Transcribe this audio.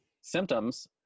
symptoms